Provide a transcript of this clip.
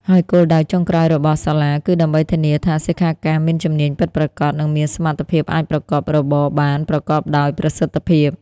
ហើយគោលដៅចុងក្រោយរបស់សាលាគឺដើម្បីធានាថាសិក្ខាកាមមានជំនាញពិតប្រាកដ និងមានសមត្ថភាពអាចប្រកបរបរបានប្រកបដោយប្រសិទ្ធភាព។